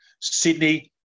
Sydney